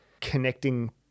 connecting